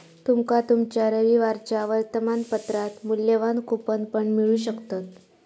तुमका तुमच्या रविवारच्या वर्तमानपत्रात मुल्यवान कूपन पण मिळू शकतत